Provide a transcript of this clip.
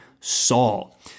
Saul